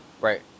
Right